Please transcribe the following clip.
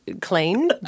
clean